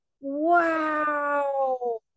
wow